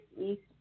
East